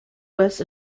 west